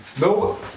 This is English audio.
no